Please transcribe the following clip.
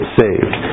saved